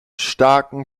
starken